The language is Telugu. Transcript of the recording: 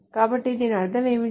కాబట్టి దాని అర్థం ఏమిటి